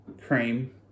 Cream